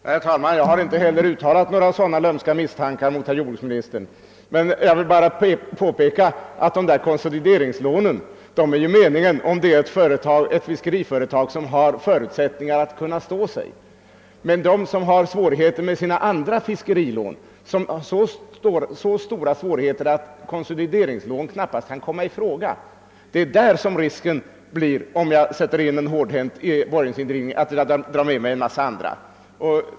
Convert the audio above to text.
Herr talman! Jag har inte heller uttalat några sådana lömska misstankar mot herr jordbruksministern. Men jag vill bara påpeka att dessa konsolideringslån är avsedda för fiskeriföretag som har förutsättningar att stå sig. Det är för dem som har svårigheter också med sina andra fiskerilån — så stora svårigheter att konsolideringslån knappast kan komma i fråga — som risk föreligger att en hårdhänt borgensindrivning kan leda till att man drar med sig en mängd andra.